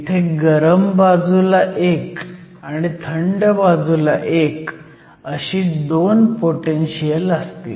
इथे गरम बाजूला एक आणि थंड बाजूला एक अशी दोन पोटेनशीयल असतील